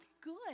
good